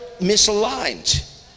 misaligned